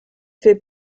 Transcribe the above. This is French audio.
fait